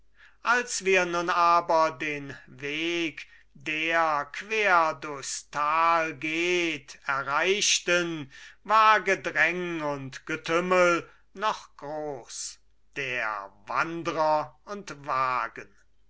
als wir nun aber den weg der quer durchs tal geht erreichten war gedräng und getümmel noch groß der wandrer und wagen